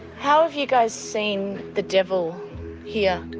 how have you guys seen the devil here?